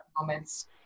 moments